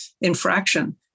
infraction